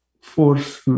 force